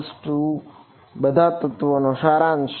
તેથી જો આ e એ બધા તત્વોનો સારાંશ આપે છે